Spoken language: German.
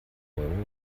euro